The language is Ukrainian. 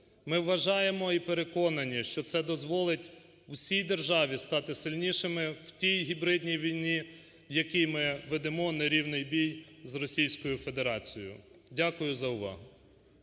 Ми вважаємо і переконані, що це дозволь всій державі стати сильнішими в тій гібридній війні, в якій ми ведемо нерівний бій з Російською Федерацією. Дякую за увагу.